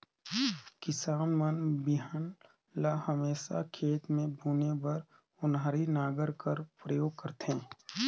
किसान मन बीहन ल हमेसा खेत मे बुने बर ओन्हारी नांगर कर परियोग करथे